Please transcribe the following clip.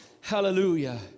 Hallelujah